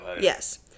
Yes